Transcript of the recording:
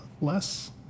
less